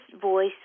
voice